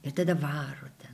ir tada varote